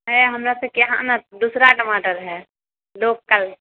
है हमरा सबके यहाँ दूसरा टमाटर है लोकल